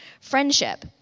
friendship